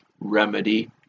remedy